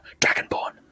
Dragonborn